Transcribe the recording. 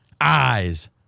eyes